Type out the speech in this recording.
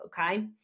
okay